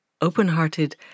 open-hearted